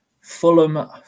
Fulham